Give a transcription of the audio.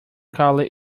carley